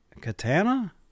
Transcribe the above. Katana